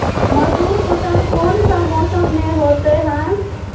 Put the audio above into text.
मसूर फसल कौन सा मौसम में होते हैं?